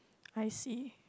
I see